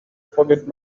forget